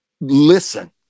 listen